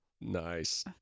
Nice